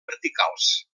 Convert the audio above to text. verticals